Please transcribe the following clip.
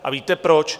A víte proč?